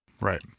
Right